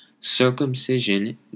Circumcision